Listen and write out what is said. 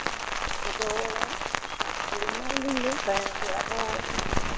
ᱟᱫᱚ ᱟᱹᱞᱤᱧ ᱢᱟ ᱦᱩᱱᱟᱹᱝ ᱞᱤᱧ ᱞᱟᱹᱭᱮᱫ ᱛᱟᱦᱮᱸᱫ ᱟᱫᱚ ᱡᱮ ᱟᱵᱚ